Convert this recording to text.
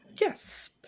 Yes